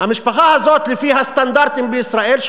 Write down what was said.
המשפחה הזאת, לפי הסטנדרטים בישראל,